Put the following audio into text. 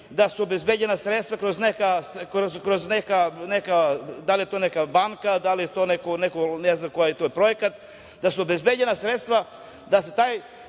da su obezbeđena sredstva, da li je to neka banka, da li je to neki, ne znam koji je to projekat, da su obezbeđena sredstva da se taj